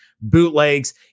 bootlegs